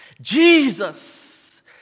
Jesus